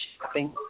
shopping